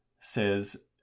says